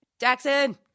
Jackson